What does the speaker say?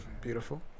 Beautiful